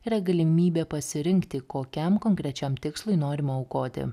yra galimybė pasirinkti kokiam konkrečiam tikslui norima aukoti